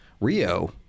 Rio